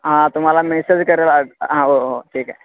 हां तुम्हाला मेसेज करेल हां हो हो ठीक आहे